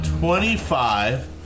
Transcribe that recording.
Twenty-five